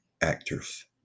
actors